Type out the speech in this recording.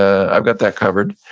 i've got that covered.